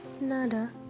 Nada